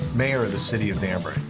mayor of the city of danbury.